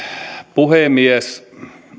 puhemies